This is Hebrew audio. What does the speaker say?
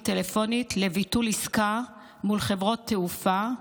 טלפונית לביטול עסקה מול חברות תעופה.